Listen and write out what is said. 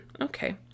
Okay